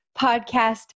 Podcast